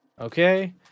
Okay